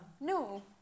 No